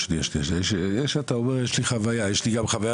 זה שאתה אומר שיש לך חוויה יש לי חווית